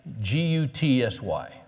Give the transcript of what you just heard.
G-U-T-S-Y